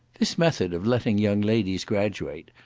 this method of letting young ladies graduate,